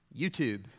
YouTube